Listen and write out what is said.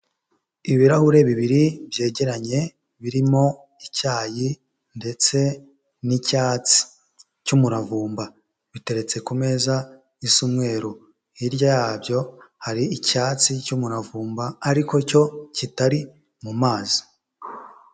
Ibirahuri bibiri byegeranye, birimo icyayi ndetse n'icyatsi cy'umuravumba, biteretse ku meza isa umweru hirya yabyo hari icyatsi cy'umuravumba ariko cyo kitari mu mazi.